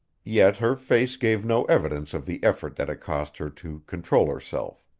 yet her face gave no evidence of the effort that it cost her to control herself.